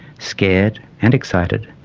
scared, and excited,